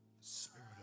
spirit